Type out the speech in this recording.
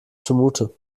zumute